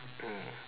mm